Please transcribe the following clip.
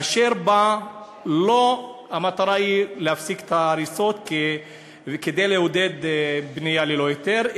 אשר בה המטרה היא לא להפסיק את ההריסות כדי לעודד בנייה ללא היתר,